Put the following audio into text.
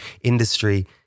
industry